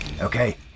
Okay